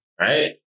right